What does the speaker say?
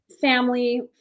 family